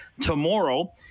tomorrow